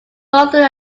northern